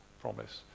promise